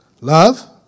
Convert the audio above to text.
Love